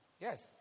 Yes